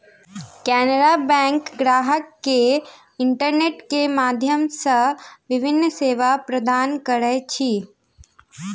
Canara bank ग्राहक के internet के माध्यम सॅ विभिन्न सेवा प्रदान करैत अछि